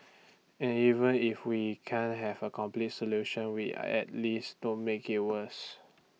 and even if we can't have A complete solution we at least don't make IT worse